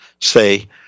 say